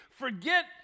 Forget